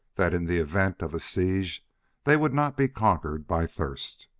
that in the event of a siege they would not be conquered by thirst.